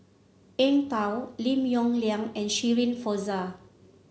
Eng Tow Lim Yong Liang and Shirin Fozdar